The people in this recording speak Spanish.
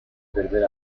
perder